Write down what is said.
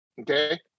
okay